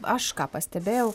aš ką pastebėjau